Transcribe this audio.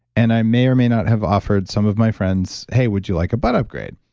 and i may or may not have offered some of my friends, hey, would you like a butt upgrade?